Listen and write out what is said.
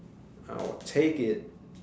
I will take it